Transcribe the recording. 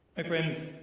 my friends,